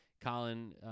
Colin